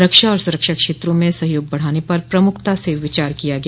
रक्षा और सुरक्षा क्षेत्रों में सहयोग बढ़ाने पर प्रमुखता से विचार किया गया